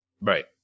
Right